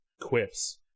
quips